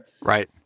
Right